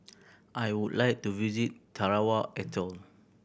I would like to visit Tarawa Atoll